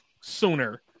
sooner